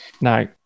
no